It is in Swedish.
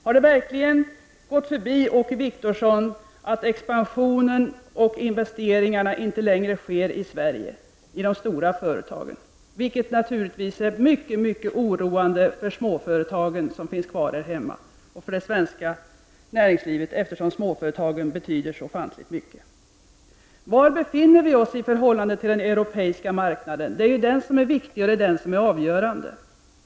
Har det verkligen undgått Åke Wictorsson att expansionen och investeringarna inte längre sker i Sverige, i de stora företagen, vilket naturligtvis är mycket oroande för småföretagen som finns kvar här hemma, liksom för hela det svenska näringslivet, eftersom småföretagen betyder så ofantligt mycket? Var befinner vi oss i förhållande till den europeiska marknaden? Det är ju den som är avgörande.